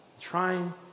Trying